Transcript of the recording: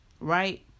right